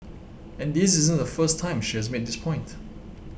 and this isn't the first time she has made this point